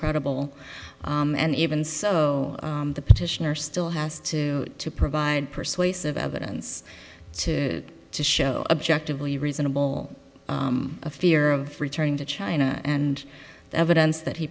credible and even so the petitioner still has to to provide persuasive evidence to show objectively reasonable a fear of returning to china and the evidence that he